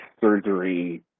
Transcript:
surgery